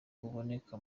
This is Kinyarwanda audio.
buboneka